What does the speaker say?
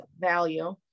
value